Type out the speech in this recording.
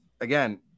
again